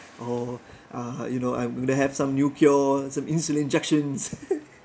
or uh you know I'm gonna have some new cure some insulin injections